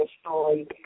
story